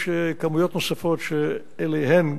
יש כמויות נוספות שאליהן,